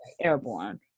airborne